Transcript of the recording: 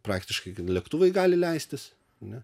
praktiškai lėktuvai gali leistis ar ne